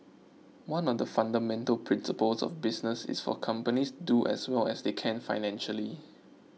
one of the fundamental principles of business is for companies to do as well as they can financially